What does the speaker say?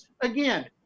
Again